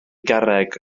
garreg